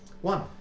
One